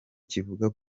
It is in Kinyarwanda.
kivuga